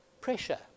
pressure